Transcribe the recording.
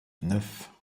neuf